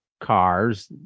cars